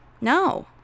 No